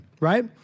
right